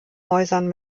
häusern